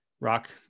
rock